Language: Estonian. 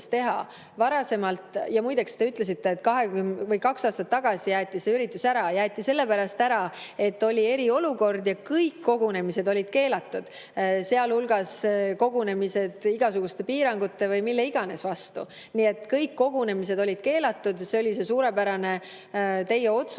teha. Muideks, te ütlesite, et kaks aastat tagasi jäeti see üritus ära. Siis jäeti sellepärast ära, et oli eriolukord ja kõik kogunemised olid keelatud, sealhulgas kogunemised igasuguste piirangute või mille iganes vastu. Nii et kõik kogunemised olid keelatud, see oli see teie suurepärane otsus